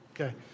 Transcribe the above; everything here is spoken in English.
Okay